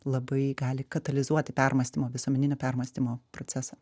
labai gali katalizuoti permąstymo visuomeninio permąstymo procesą